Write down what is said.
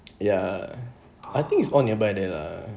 ya I think it's all nearby there lah